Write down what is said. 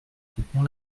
soutenir